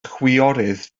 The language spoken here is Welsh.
chwiorydd